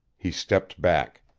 he stepped back.